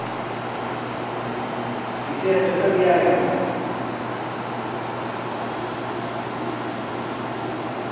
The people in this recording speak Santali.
ᱴᱤ ᱥᱤ ᱮᱥ ᱡᱚᱛᱚᱭ ᱵᱤᱭᱟᱨᱮᱜᱼᱟ ᱚᱱᱟ ᱠᱚᱫᱚ